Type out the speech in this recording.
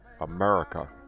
America